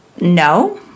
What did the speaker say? no